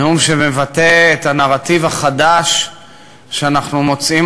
נאום שמבטא את הנרטיב החדש שאנחנו מוצאים